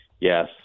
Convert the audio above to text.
Yes